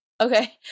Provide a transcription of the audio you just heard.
Okay